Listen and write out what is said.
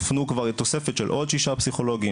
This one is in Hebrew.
הופנו כבר תוספת של עוד שישה פסיכולוגים,